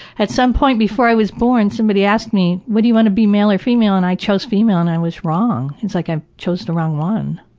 at some point before i was born, somebody asked me, what do you want to be? male or female? and, i chose female, and i was wrong. it's like i chose the wrong one.